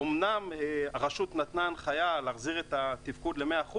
אומנם הרשות נתנה הנחייה להחזיר את התפקוד ל-100%,